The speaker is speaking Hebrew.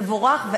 תבורך,